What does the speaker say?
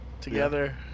together